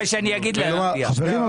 חברים,